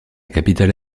capitale